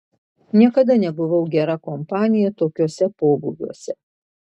niekada nebuvau gera kompanija tokiuose pobūviuose